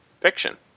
fiction